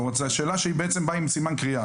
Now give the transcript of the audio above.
זה שאלה שהיא בעצם באה עם סימן קריאה.